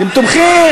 אתם תומכים.